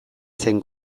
zen